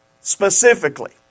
specifically